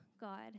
God